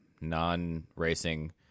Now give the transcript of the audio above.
non-racing